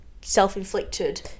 self-inflicted